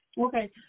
Okay